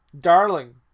Darling